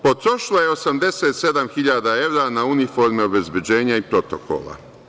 Potrošila je 87.000 evra na uniforme obezbeđenja i protokola.